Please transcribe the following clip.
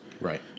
Right